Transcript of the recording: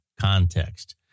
context